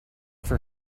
for